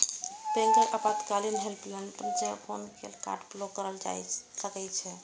बैंकक आपातकालीन हेल्पलाइन पर सेहो फोन कैर के कार्ड ब्लॉक कराएल जा सकै छै